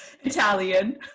italian